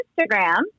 Instagram